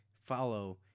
follow